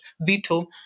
veto